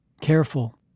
Careful